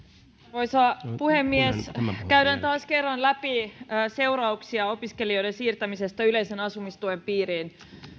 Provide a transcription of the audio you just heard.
arvoisa puhemies käydään taas kerran läpi seurauksia opiskelijoiden siirtämisestä yleisen asumistuen piiriin